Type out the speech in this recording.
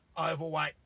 overweight